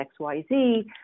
XYZ